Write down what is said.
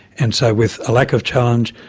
and so with a lack of challenge,